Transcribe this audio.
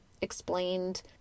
explained